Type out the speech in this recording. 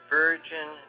virgin